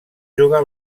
jugar